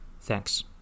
Thanks